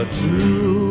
true